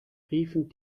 riefen